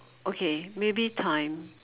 okay maybe time